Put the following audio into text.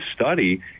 study